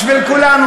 בשביל כולנו.